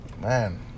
Man